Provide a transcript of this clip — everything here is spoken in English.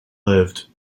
lived